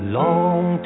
long